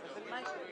מי נגד?